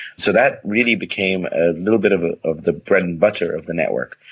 so that really became a little bit of ah of the bread-and-butter of the network,